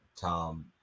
Tom